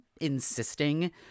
insisting